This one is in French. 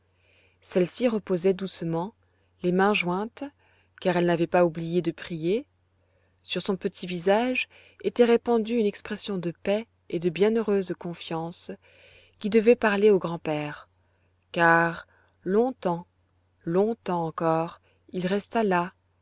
celle-ci reposait doucement les mains jointes car elle n'avait pas oublié de prier sur son petit visage était répandue une expression de paix et de bienheureuse confiance qui devait parler au grande père car longtemps longtemps encore il resta là